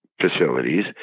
facilities